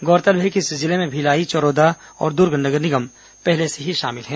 गौरतलब है कि इस जिले में भिलाई चरौदा और दुर्ग नगर निगम शामिल हैं